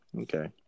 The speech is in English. okay